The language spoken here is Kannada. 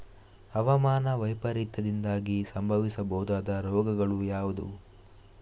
ಹವಾಮಾನ ವೈಪರೀತ್ಯದಿಂದಾಗಿ ಸಂಭವಿಸಬಹುದಾದ ರೋಗಗಳು ಯಾವುದು?